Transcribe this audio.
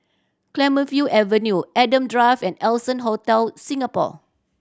Clemenceau Avenue Adam Drive and Allson Hotel Singapore